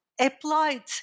applied